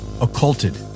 occulted